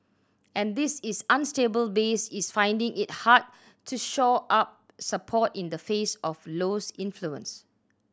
and this is unstable base is finding it hard to shore up support in the face of Low's influence